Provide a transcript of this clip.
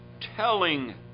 telling